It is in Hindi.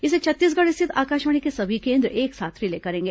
इसे छत्तीसगढ़ स्थित आकाशवाणी के सभी केन्द्र एक साथ रिले करेंगे